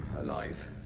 alive